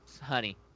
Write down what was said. Honey